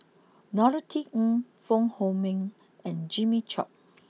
Norothy Ng Fong Hoe Beng and Jimmy Chok